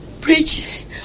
preach